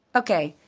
okay.